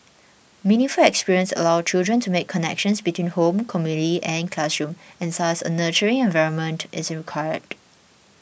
meaningful experiences allow children to make connections between home community and classroom and thus a nurturing environment is required